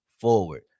forward